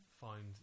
find